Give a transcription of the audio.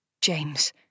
James